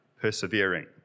persevering